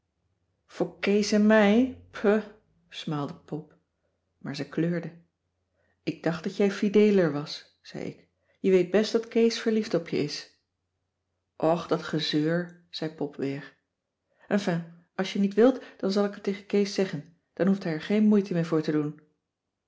voor kees en mij puh smaalde pop maar ze kleurde ik dacht dat jij fideeler was zei ik je weet best dat kees verliefd op je is cissy van marxveldt de h b s tijd van joop ter heul och dat gezeur zei pop weer enfin als je niet wilt dan zal ik het tegen kees zeggen dan hoeft hij er geen moeite meer voor te doen